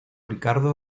ricardo